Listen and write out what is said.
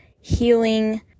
healing